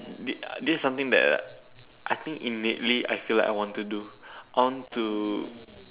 this something that I think in lately I feel like I want to do I want to